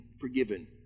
forgiven